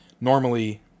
normally